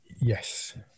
Yes